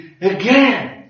again